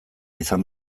izan